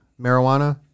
marijuana